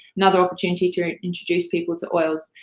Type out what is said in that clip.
another opportunity to introduce people to oils,